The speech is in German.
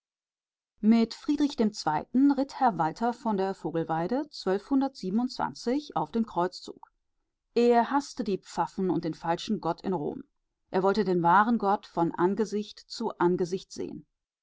mit friedrich dem zweiten ritt walter von der vogelweide auf den kreuzzug er haßte die pfaffen und den falschen gott in rom er wollte den wahren gott von angesicht zu angesicht sehen